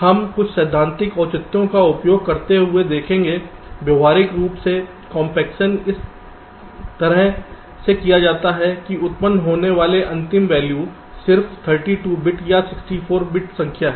हम कुछ सैद्धांतिक औचित्य का उपयोग करते हुए देखेंगे व्यावहारिक रूप से कॉम्पेक्शन इस तरह से किया जाता है कि उत्पन्न होने वाला अंतिम वैल्यू सिर्फ 32 बिट या 64 बिट संख्या है